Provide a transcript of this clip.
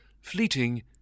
fleeting